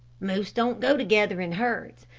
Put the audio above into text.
moose don't go together in herds.